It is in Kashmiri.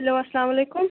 ہیلو السلامُ علیکُم